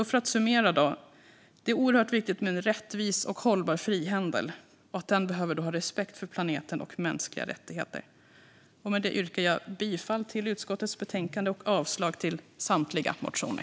För att summera är det oerhört viktigt med en rättvis och hållbar frihandel och att den har respekt för planeten och mänskliga rättigheter. Med detta yrkar jag bifall till utskottets förslag och avstyrker samtliga motioner.